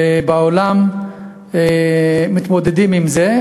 בעולם מתמודדים עם זה,